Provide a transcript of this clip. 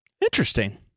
Interesting